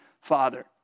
father